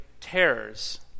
terrors